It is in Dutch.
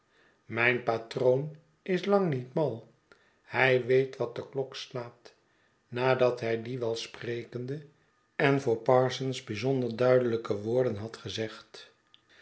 mijn patroon is lang niet mal hij weet vvat de klok slaat nadat hij die welsprekende en voor parsons bijzonder duidelijke woorden had gezegd